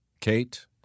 Kate